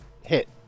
hit